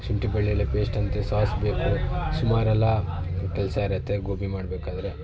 ಶುಂಠಿ ಬೆಳ್ಳುಳ್ಳಿ ಪೇಸ್ಟಂತೆ ಸಾಸ್ ಬೇಕು ಸುಮಾರೆಲ್ಲ ಕೆಲಸ ಇರುತ್ತೆ ಗೋಬಿ ಮಾಡಬೇಕಾದ್ರೆ